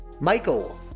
Michael